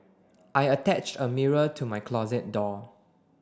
I attached a mirror to my closet door